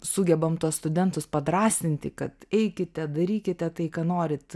sugebam tuos studentus padrąsinti kad eikite darykite tai ką norit